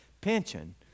pension